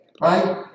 Right